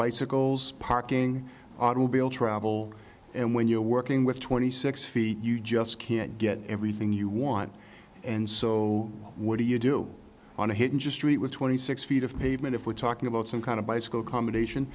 bicycles parking travel and when you're working with twenty six feet you just can't get everything you want and so what do you do on a hidden just treat was twenty six feet of pavement if we're talking about some kind of bicycle combination